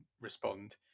respond